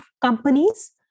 companies